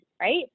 right